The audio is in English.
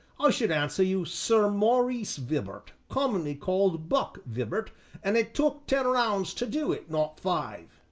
i should answer you, sir maurice vibart, commonly called buck vibart an' it took ten rounds to do it, not five.